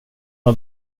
har